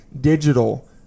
digital